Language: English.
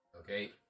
Okay